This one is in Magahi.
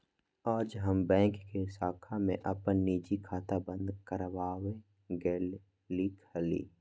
हम आज बैंक के शाखा में अपन निजी खाता बंद कर वावे गय लीक हल